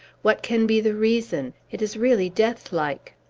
what can be the reason? it is really deathlike!